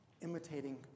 imitating